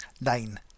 Nine